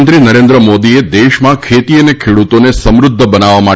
પ્રધાનમંત્રી નરેન્દ્ર મોદીએ દેશમાં ખેતી અને ખેડૂતોને સમૃદ્ધ બનાવવા માટે